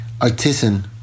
artisan